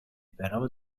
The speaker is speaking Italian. però